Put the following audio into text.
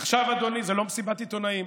עכשיו, אדוני, זו לא מסיבת עיתונאים.